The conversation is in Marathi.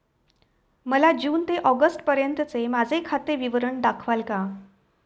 मला जून ते ऑगस्टपर्यंतचे माझे खाते विवरण दाखवाल का?